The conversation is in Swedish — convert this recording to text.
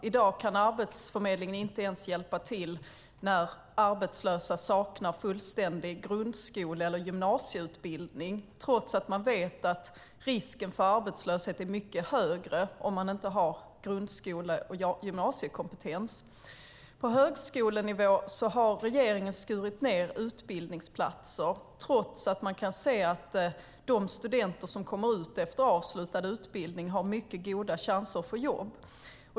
I dag kan Arbetsförmedlingen inte ens hjälpa till när arbetslösa saknar fullständig grundskole eller gymnasieutbildning, trots att man vet att risken för arbetslöshet är mycket högre om man inte har grundskole och gymnasiekompetens. På högskolenivå har regeringen skurit ned på antalet utbildningsplatser, trots att de studenter som avslutar sin utbildning har mycket goda chanser att få jobb.